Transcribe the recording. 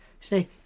Say